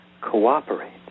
cooperate